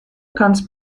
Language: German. kannst